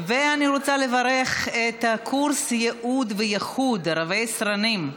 ואני רוצה לברך את קורס "ייעוד וייחוד" רבי-סרנים,